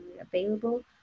available